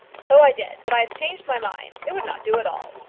so i did, but i have changed my mind. it would not do at all.